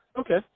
Okay